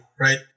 right